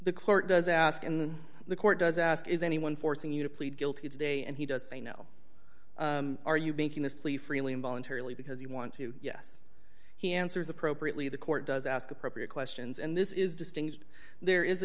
the court does ask in the court does ask is anyone forcing you to plead guilty today and he does say no are you making this plea freely and voluntarily because you want to yes he answers appropriately the court does ask appropriate questions and this is distinct there is a